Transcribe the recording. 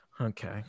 Okay